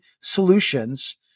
solutions